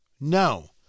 No